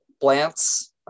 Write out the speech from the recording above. plants